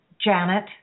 Janet